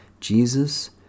Jesus